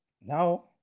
now